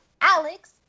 Alex